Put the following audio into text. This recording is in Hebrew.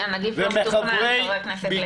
הנגיף לא מתוכנן, חבר הכנסת מיקי לוי.